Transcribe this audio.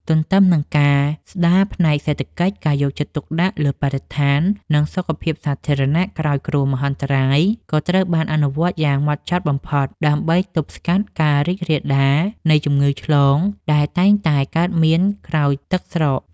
ទន្ទឹមនឹងការស្ដារផ្នែកសេដ្ឋកិច្ច ការយកចិត្តទុកដាក់លើបរិស្ថាន និងសុខភាពសាធារណៈក្រោយគ្រោះមហន្តរាយ ក៏ត្រូវបានអនុវត្តយ៉ាងហ្មត់ចត់បំផុត ដើម្បីទប់ស្កាត់ការរីករាលដាលនៃជំងឺឆ្លងដែលតែងតែកើតមានក្រោយទឹកស្រក។